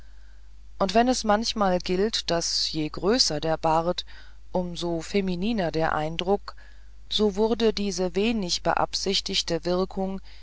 und wenn es manchmal gilt daß je größer der bart um so femininer der eindruck so wurde diese wenig beabsichtigte wirkung